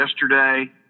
yesterday